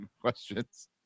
Questions